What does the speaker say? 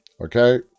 okay